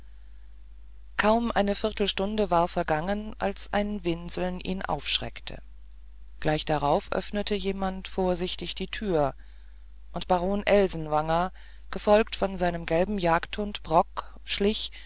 kaum eine viertelstunde war vergangen als ein winseln ihn aufschreckte gleich darauf öffnete jemand vorsichtig die tür und baron elsenwanger gefolgt von seinem gelben jagdhund brock schlich